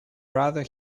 brother